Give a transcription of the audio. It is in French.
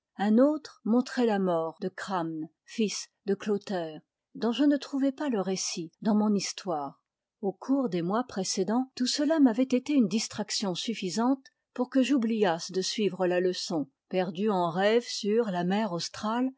un autre montrait la mort de chramne fils de clotaire dont je ne trouvais pas le récit dans mon histoire au cours des mois précédents tout cela m'avait été une distraction suffisante pour que j'oubliasse de suivre la leçon perdu en rêve sur la mer australe